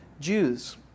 Jews